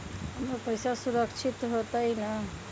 हमर पईसा सुरक्षित होतई न?